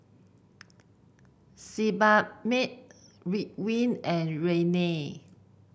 Sebamed Ridwind and Rene